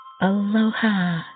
Aloha